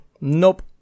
nope